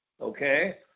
Okay